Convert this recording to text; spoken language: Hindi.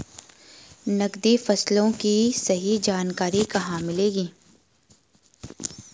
नकदी फसलों की सही जानकारी कहाँ मिलेगी?